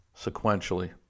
sequentially